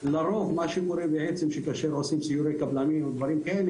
לרוב מה שקורה בעצם שכאשר עושים סיורי קבלנים או דברים כאלה,